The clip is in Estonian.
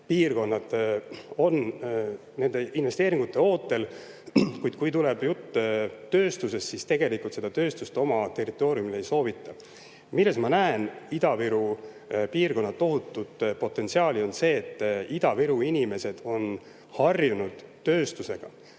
piirkonnad on nende investeeringute ootel, aga kui tuleb juttu tööstusest, siis tegelikult seda oma territooriumile ei soovita. Milles ma näen Ida-Viru piirkonna tohutut potentsiaali, on see, et Ida-Viru inimesed on harjunud tööstusega,